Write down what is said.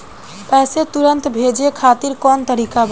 पैसे तुरंत भेजे खातिर कौन तरीका बा?